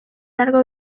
largo